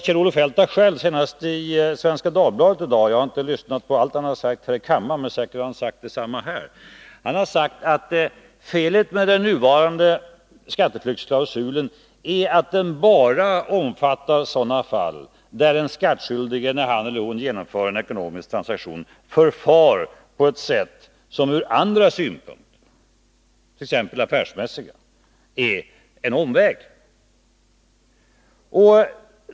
Kjell-Olof Feldt har själv senast i Svenska Dagbladet sagt — jag har inte lyssnat till allt han sagt här i kammaren, men säkerligen har han sagt detsamma här — att felet med den nuvarande skatteflyktsklausulen är att den bara omfattar sådana fall där den skattskyldige, när han eller hon genomför en ekonomisk transaktion, förfar på ett sätt som ur andra synpunkter, t.ex. affärsmässiga, är en omväg.